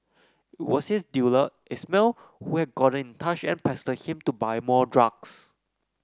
was his dealer Ismail who had gotten in touch and pestered him to buy more drugs